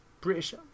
British